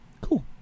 Cool